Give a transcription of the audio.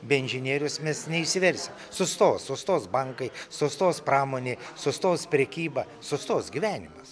be inžinieriaus mes neišsiversim sustos sustos bankai sustos pramonė sustos prekyba sustos gyvenimas